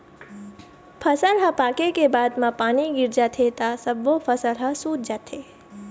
फसल ह पाके के बाद म पानी गिर जाथे त सब्बो फसल ह सूत जाथे